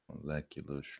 molecular